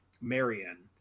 Marion